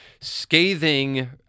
scathing